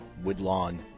Woodlawn